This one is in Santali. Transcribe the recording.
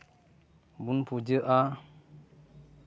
ᱵᱚᱱ ᱯᱩᱡᱟᱹᱜᱼᱟ